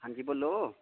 हां जी बोल्लो